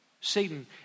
Satan